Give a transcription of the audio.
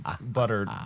buttered